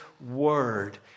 word